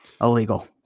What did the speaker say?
Illegal